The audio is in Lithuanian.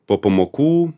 po pamokų